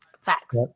Facts